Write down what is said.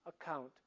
account